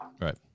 Right